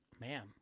Ma'am